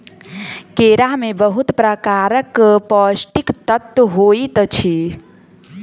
केरा में बहुत प्रकारक पौष्टिक तत्व होइत अछि